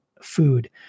food